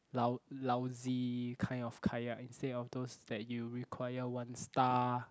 lou~ lousy kind of kayak instead of those that you require one star